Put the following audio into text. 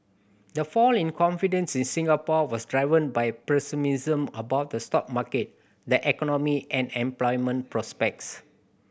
the fall in confidence in Singapore was driven by pessimism about the stock market the economy and employment prospects